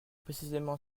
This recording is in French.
précisément